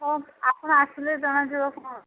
ହଁ ଆପଣ ଆସିଲେ ଜଣାଯିବ କ'ଣ